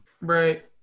Right